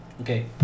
okay